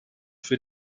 für